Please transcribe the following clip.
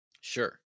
Sure